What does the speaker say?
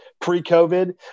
pre-COVID